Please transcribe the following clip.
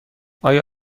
آیا